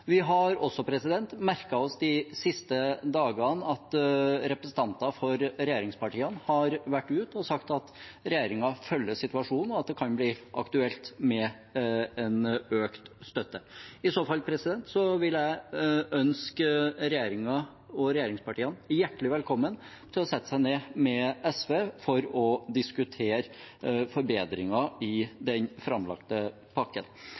Vi har også merket oss de siste dagene at representanter for regjeringspartiene har vært ute og sagt at regjeringen følger situasjonen, og at det kan bli aktuelt med en økt støtte. I så fall vil jeg ønske regjeringen og regjeringspartiene hjertelig velkommen til å sette seg ned med SV for å diskutere forbedringer i den framlagte pakken.